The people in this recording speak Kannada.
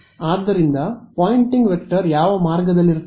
ಆದ್ದರಿಂದ ಪೊಯಿಂಟಿಂಗ್ ವೆಕ್ಟರ್ ಯಾವ ಮಾರ್ಗದಲ್ಲಿರುತ್ತದೆ